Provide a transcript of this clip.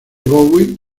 bowie